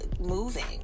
moving